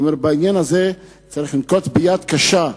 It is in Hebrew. אני אומר: בעניין הזה צריך לנקוט יד קשה.